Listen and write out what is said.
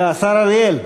השר אריאל,